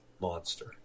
monster